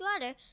water